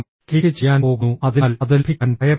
kick ചെയ്യാൻ പോകുന്നു അതിനാൽ അത് ലഭിക്കാൻ ഭയപ്പെടുന്നു